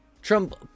Trump